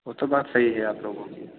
वह तो बात सही है आप लोगों की